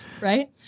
Right